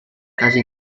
casi